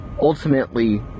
ultimately